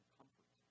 comfort